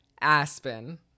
Aspen